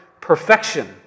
perfection